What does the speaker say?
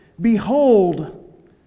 Behold